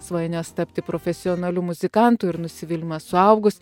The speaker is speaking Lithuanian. svajones tapti profesionaliu muzikantu ir nusivylimą suaugus